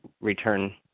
return